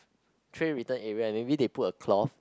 tray return area and maybe they put a cloth